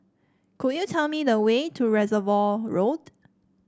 could you tell me the way to Reservoir Road